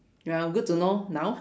ya good to know now